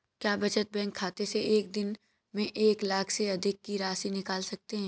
क्या बचत बैंक खाते से एक दिन में एक लाख से अधिक की राशि निकाल सकते हैं?